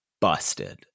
busted